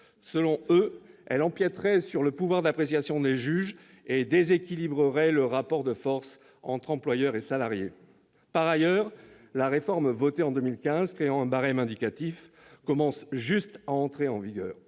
selon eux, elle empiéterait sur le pouvoir d'appréciation des juges et déséquilibrerait le rapport de force entre employeurs et salariés. Par ailleurs, la réforme votée en 2015 créant un barème indicatif commence juste à entrer en vigueur